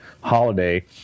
Holiday